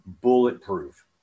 bulletproof